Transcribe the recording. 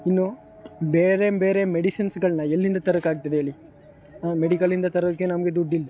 ಇನ್ನೂ ಬೇರೆ ಬೇರೆ ಮೆಡಿಸಿನ್ಸ್ಗಳನ್ನ ಎಲ್ಲಿಂದ ತರೋಕ್ಕಾಗ್ತದೆ ಹೇಳಿ ಮೆಡಿಕಲಿಂದ ತರೋದಕ್ಕೆ ನಮಗೆ ದುಡ್ಡಿಲ್ಲ